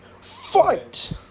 fight